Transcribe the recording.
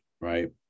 right